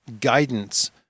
guidance